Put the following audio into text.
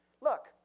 Look